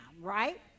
right